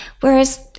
Whereas